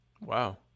Wow